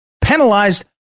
Penalized